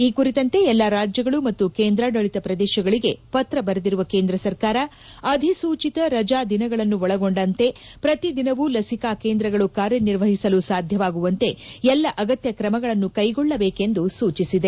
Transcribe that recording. ಈ ಕುರಿತಂತೆ ಎಲ್ಲಾ ರಾಜ್ಯಗಳು ಮತ್ತು ಕೇಂದ್ರಾಡಳಿತ ಪ್ರದೇಶಗಳಿಗೆ ಪತ್ರ ಬರೆದಿರುವ ಕೇಂದ್ರ ಸರ್ಕಾರ ಅಧಿಸೂಚಿತ ರಜಾ ದಿನಗಳನ್ನು ಒಳಗೊಂಡಂತೆ ಪ್ರತಿ ದಿನವೂ ಲಸಿಕಾ ಕೇಂದ್ರಗಳು ಕಾರ್ಯನಿರ್ವಹಿಸಲು ಸಾಧ್ಯವಾಗುವಂತೆ ಎಲ್ಲಾ ಅಗತ್ಯ ಕ್ರಮಗಳನ್ನು ಕೈಗೊಳ್ಳಬೇಕೆಂದು ಸೂಚಿಸಿದೆ